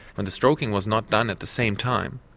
and the stroking was not done at the same time,